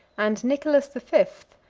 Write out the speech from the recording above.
and nicholas the fifth,